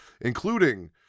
including